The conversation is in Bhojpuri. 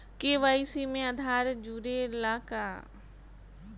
के.वाइ.सी में आधार जुड़े ला का?